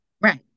right